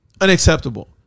unacceptable